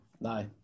no